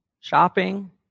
shopping